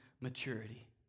maturity